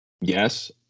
yes